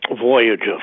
Voyager